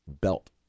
belt